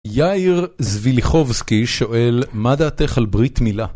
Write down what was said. יאיר זביליחובסקי שואל, מה דעתך על ברית מילה?